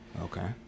Okay